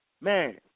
Man